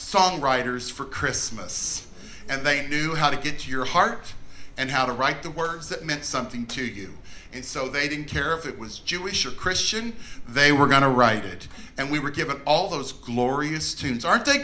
songwriters for christmas and they knew how to get your heart and how to write the words that meant something to you and so they didn't care if it was jewish or christian they were going to write it and we were given all those glorious students aren't they